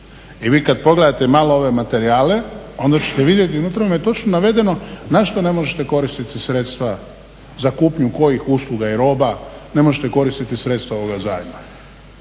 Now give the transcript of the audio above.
I vi kad pogledate malo ove materijale onda ćete vidjeti, unutra vam je točno navedeno na što ne možete koristiti sredstva, za kupnju kojih usluga i roba ne možete koristiti sredstva ovoga zajma.